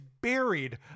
buried